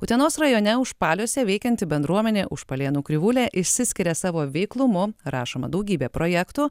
utenos rajone užpaliuose veikianti bendruomenė užpalėnų krivulė išsiskiria savo veiklumu rašoma daugybė projektų